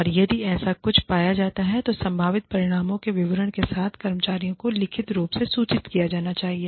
और यदि ऐसा कुछ पाया जाता है तो संभावित परिणामों के विवरण के साथ कर्मचारियों को लिखित रूप में सूचित किया जाना चाहिए